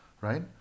right